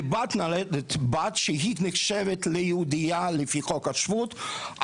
לבת נולדה בת שהיא נחשבת יהודייה לפי חוק השבות,